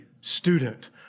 student